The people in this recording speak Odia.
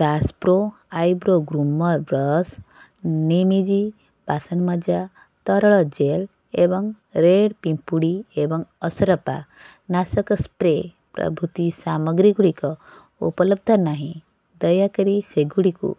Das pro eyebrow groomer brush ନିମ୍ଇଜି ବାସନମଜା ତରଳ ଜେଲ ଏବଂ ରେଡ ପିମ୍ପୁଡ଼ି ଏବଂ ଅସରପା ନାଶକ ସ୍ପ୍ରେ ପ୍ରଭୃତି ସାମଗ୍ରୀଗୁଡ଼ିକ ଉପଲବ୍ଧ ନାହିଁ ଦୟାକରି ସେଗୁଡ଼ିକୁ